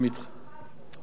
אף אחת לא.